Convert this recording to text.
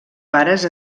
pares